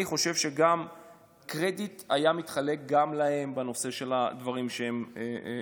אני חושב שגם הקרדיט היה מתחלק גם להם בנושא הדברים שהתקבלו.